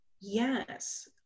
yes